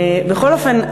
בכל אופן,